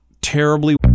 terribly